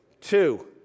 two